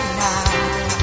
now